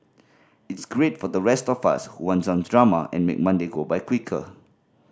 it's great for the rest of us who want some drama to make Monday go by quicker